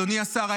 אדוני השר,